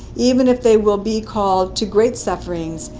even if they will be called to great sufferings,